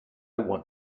want